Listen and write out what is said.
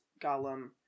Gollum